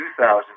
2,000